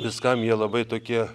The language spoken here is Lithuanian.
viskam jie labai tokie